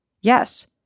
yes